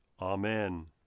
Amen